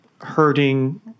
hurting